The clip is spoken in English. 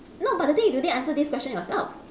no but the thing is you didn't answer this question yourself